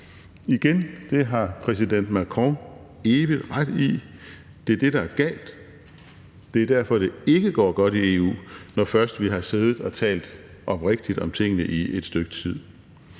Igen: Det har præsident Macron evig ret i. Det er det, der er galt, og det er derfor, det ikke går godt i EU, når først vi har siddet og talt oprigtigt om tingene i et stykke tid.